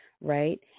right